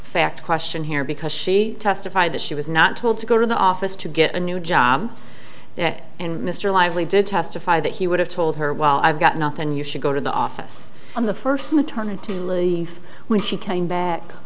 fact question here because she testified that she was not told to go to the office to get a new job and mr lively did testify that he would have told her well i've got nothing you should go to the office on the first maternity leave when she came back